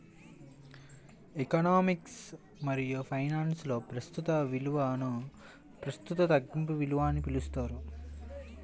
economics మరియుఫైనాన్స్లో, ప్రస్తుత విలువనుప్రస్తుత తగ్గింపు విలువ అని పిలుస్తారు